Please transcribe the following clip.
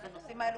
אז הנושאים הללו